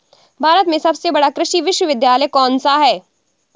भारत में सबसे बड़ा कृषि विश्वविद्यालय कौनसा है?